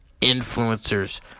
influencers